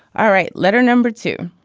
all right. letter number two,